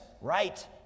right